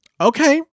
Okay